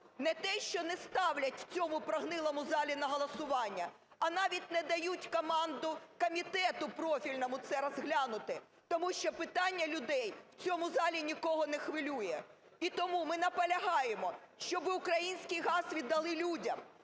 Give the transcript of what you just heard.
не те, що не ставлять в цьому прогнилому залі на голосування, а навіть не дають команду комітету профільному це розглянути. Тому що питання людей в цьому залі нікого не хвилює. І тому ми наполягаємо, щоби український газ віддали людям,